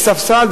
ועל הספסל,